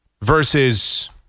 versus